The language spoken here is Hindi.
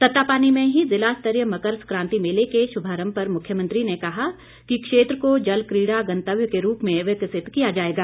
तत्तापानी में ही जिला स्तरीय मकर सकांति मेले के शुभारंभ पर मुख्यमंत्री ने कहा कि क्षेत्र को जलकीड़ा गंतव्य के रूप में विकसित किया जाएगा